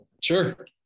sure